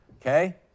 okay